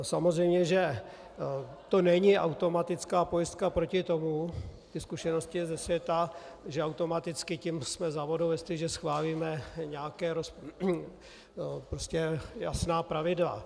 Samozřejmě že to není automatická pojistka proti tomu, ty zkušenosti ze světa, že automaticky tím jsme za vodou, jestliže schválíme jasná pravidla.